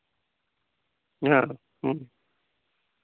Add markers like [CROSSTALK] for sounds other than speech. [UNINTELLIGIBLE]